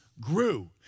grew